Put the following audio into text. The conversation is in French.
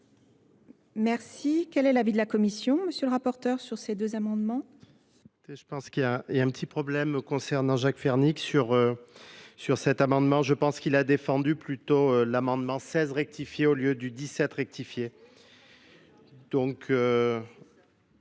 Merci, quel est l'avis de la commission monsieur le rapporteur sur ces deux amendements pense qu'il y a y a un petit problème concernant jacques fernie sur sur cet amendement je pense qu'il a défendu plutôt l'amendement seize rectifié au lieu du dix sept rectifié